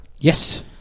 Yes